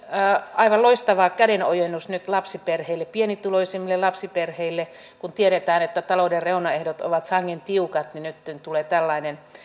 aivan loistava kädenojennus nyt lapsiperheille pienituloisimmille lapsiperheille kun tiedetään että talouden reunaehdot ovat sangen tiukat niin nytten tulee tällainen